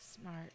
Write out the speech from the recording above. Smart